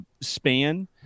span